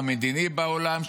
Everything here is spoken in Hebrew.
המדיני בעולם,